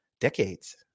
decades